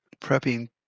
prepping